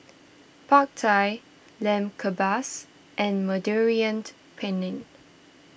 Pad Thai Lamb Kebabs and Mediterranean Penne